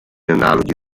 analoghi